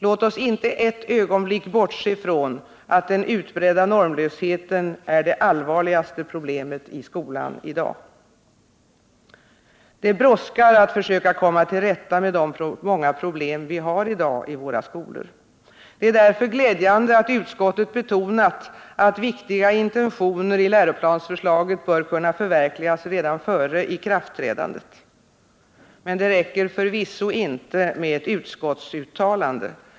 Låt oss inte för ett ögonblick bortse från att den utbredda normlösheten är det allvarligaste problemet i skolan i dag. Det brådskar med att försöka komma till rätta med de många problem vi i dag har i våra skolor. Det är därför glädjande att utskottet betonat att viktiga intentioner i läroplansförslaget bör kunna förverkligas redan före ikraftträdandet. Men det räcker förvisso inte med ett utskottsuttalande.